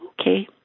Okay